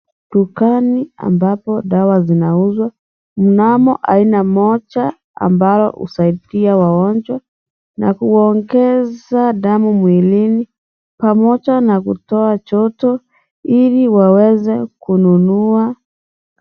Dukani ambapo dawa zinauzwa, mnamo aina moja ambalo husaidia wagonjwa na kuuongeza damu mwilini, pamocha na kutoa joto ili waweze kununua....